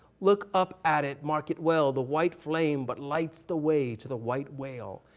look up at it. mark it well. the white flame but lights the way to the white whale.